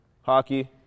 Hockey